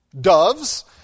doves